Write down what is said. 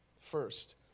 first